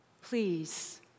Please